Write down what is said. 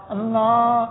Allah